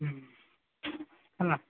ହଁ ହେଲା